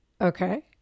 okay